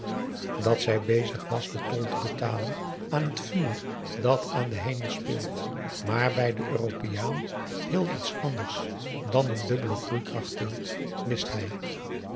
dat zij bezig was den tol te betalen aan t vuur dat aan den hemel speelt maar bij den europeaan heel iets anders dan n dubbele groeikracht teelt wist hij